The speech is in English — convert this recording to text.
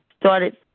started